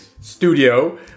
studio